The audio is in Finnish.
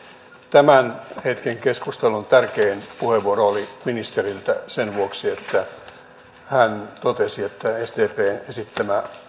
tämän hetken keskustelun tärkein puheenvuoro oli ministeriltä sen vuoksi että hän totesi että sdpn esittämä